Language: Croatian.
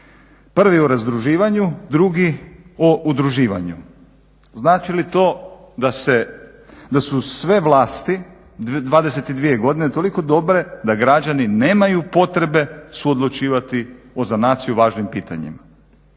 Prvi o razdruživanju, drugi o udruživanju. Znači li to da su sve vlasti 22 godine toliko dobre da građani nemaju potrebe suodlučivati o za naciju važnim pitanjima?